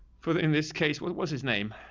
for the, in this case, what was his name?